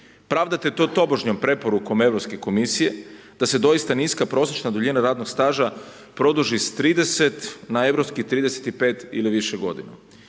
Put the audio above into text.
Pravdate to tobožnjom preporukom Europske komisije da se doista niska prosječna duljina radnog staža produži sa 30 na europskih 35 ili više godina